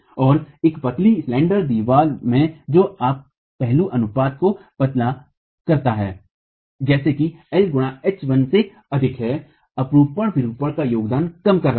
और एक पतली दीवार में जो अपने पहलू अनुपात को पतला करता है जैसे कि L गुणा h 1 से अधिक है अपरूपण विरूपण का योगदान कम कर रहा है